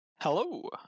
Hello